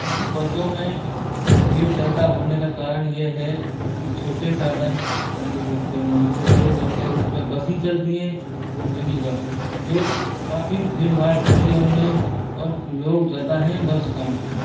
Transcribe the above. क्योंकि बसों में भीड़ ज़्यादा होने का कारण यह है कि छोटे साधन लम्बे रूट पर नहीं चलते लम्बे रूट में बस ही चलती है वह मिनी बस जो काफ़ी भीड़भाड़ रहती है उनमें और लोग ज़्यादा हैं बस कम है